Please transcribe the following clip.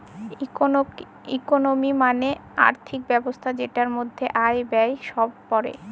economy মানে আর্থিক ব্যবস্থা যেটার মধ্যে আয়, ব্যয় সব পড়ে